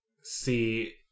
see